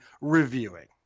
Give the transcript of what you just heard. reviewing